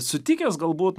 sutikęs galbūt